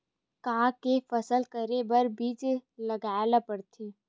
का के फसल करे बर बीज लगाए ला पड़थे?